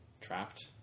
trapped